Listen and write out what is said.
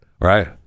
right